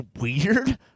weird